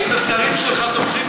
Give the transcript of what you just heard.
האם השרים שלך תומכים בך?